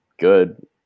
good